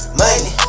money